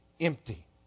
empty